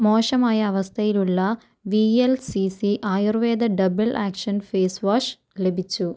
മോശമായ അവസ്ഥയിലുള്ള V L C C Ayurveda double action face wash ലഭിച്ചു